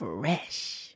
Fresh